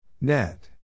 Net